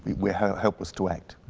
we are helpless to act.